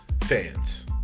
Fans